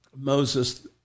Moses